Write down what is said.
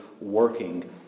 working